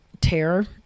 terror